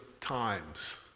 times